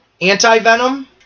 Anti-Venom